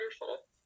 wonderful